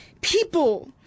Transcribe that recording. people